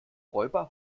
räuber